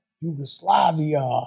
Yugoslavia